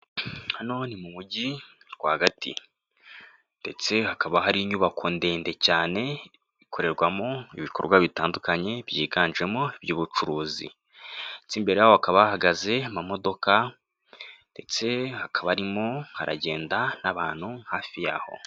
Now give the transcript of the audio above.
Hano ni mu mujyi rwagati ndetse hakaba hari inyubako ndende cyane, ikorerwamo ibikorwa bitandukanye byiganjemo iby'ubucuruzi ndetse imbere hakaba bahagaze amamodoka ndetse hakaba harimo haragenda n'abantu hafi yaho.